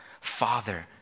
Father